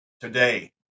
today